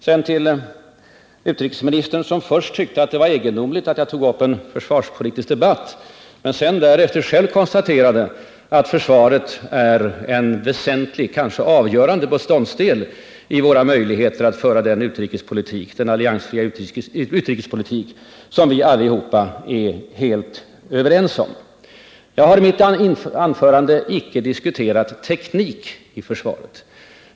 Sedan till utrikesministern, som först tyckte att det var egendomligt att jag tog upp en försvarspolitisk debatt men som därefter själv konstaterade att försvaret är en väsentlig, kanske avgörande beståndsdel i våra möjligheter att föra den alliansfria utrikespolitik som vi allihop är helt överens om. Jag har i mitt inledningsanförande icke diskuterat teknik i försvaret.